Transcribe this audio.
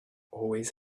always